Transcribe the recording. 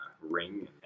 ring